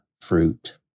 fruit